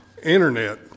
internet